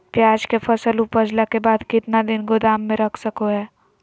प्याज के फसल उपजला के बाद कितना दिन गोदाम में रख सको हय?